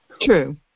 True